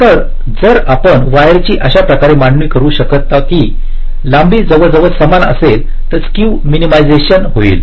तर जर आपण वायर ची अशा प्रकारे मांडणी करू शकता की लांबी जवळजवळ समान असेल तर स्क्यू मिनीमायझेशन होईल